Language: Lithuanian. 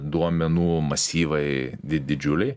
duomenų masyvai di didžiuliai